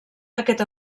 aquest